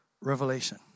Revelation